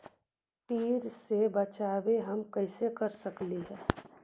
टीडा से बचाव हम कैसे कर सकली हे?